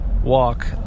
walk